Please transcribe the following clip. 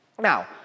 Now